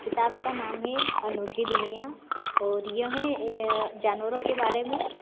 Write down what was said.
किताब का नाम है अनोखी दुनिया और यह है जानवरों के बारे में